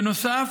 בנוסף,